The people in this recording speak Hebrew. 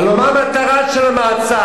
הלוא מה המטרה של המעצר?